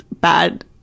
bad